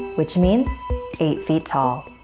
which means eight feet tall.